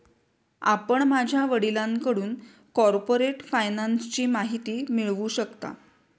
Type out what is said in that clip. आपण माझ्या वडिलांकडून कॉर्पोरेट फायनान्सची माहिती मिळवू शकता